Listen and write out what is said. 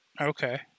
Okay